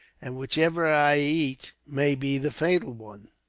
and whichever i eat may be the fatal one.